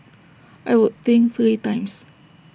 I would think three times